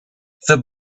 the